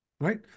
right